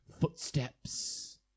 footsteps